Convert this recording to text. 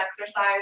exercise